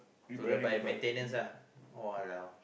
to abide maintenance lah !walao!